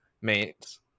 mates